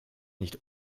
nicht